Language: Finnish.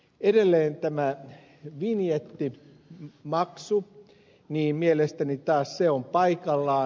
edelleen tämä vinjettimaksu mielestäni taas on paikallaan